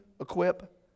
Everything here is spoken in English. equip